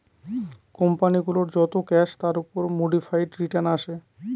company গুলোর যত cash তার উপর মোডিফাইড রিটার্ন আসে